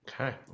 Okay